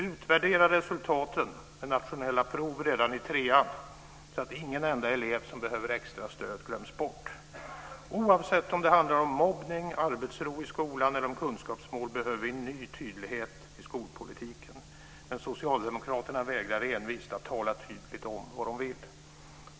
Utvärdera resultaten med nationella prov redan i trean, så att ingen enda elev som behöver extrastöd glöms bort. Oavsett om det handlar om mobbning, arbetsro i skolan eller kunskapsmål behöver vi en ny tydlighet i skolpolitiken. Men Socialdemokraterna vägrar envist tala tydligt om vad de vill.